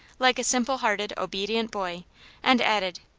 like a simple-hearted, obedient boy and added,